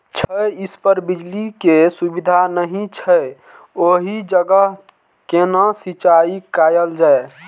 छै इस पर बिजली के सुविधा नहिं छै ओहि जगह केना सिंचाई कायल जाय?